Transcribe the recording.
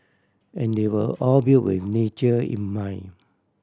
and they were all built with nature in mind